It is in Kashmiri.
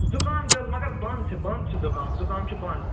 زُکام تہِ اوس مَگر بَنٛد چھُ بَنٛد چھُ زُکام زُکام چھُ بَنٛد